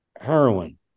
heroin